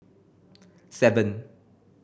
seven